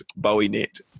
BowieNet